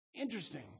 Interesting